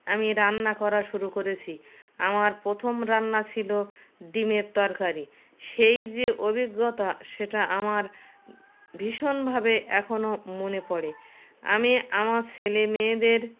আমি রান্না করা শুরু করেছি আমার প্রথম রান্না ছিলো ডিমের তরকারি সেই যে অভিজ্ঞতা সেটা আমার ভীষণভাবে এখনও মনে পড়ে আমি আমার ছেলে মেয়েদের